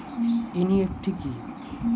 NEFT কি?